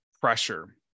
pressure